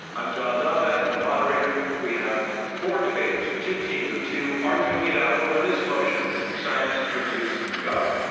i'm john donvan, your moderator. we have four debaters, two teams of two, arguing it out over this motion science refutes god.